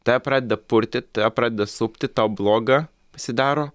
tave pradeda purtyt tave pradeda supti tau bloga pasidaro